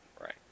right